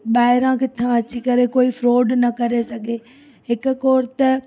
ॿाहिरां किथां अची करे कोई फ्रोड न करे सघे हिकु करे त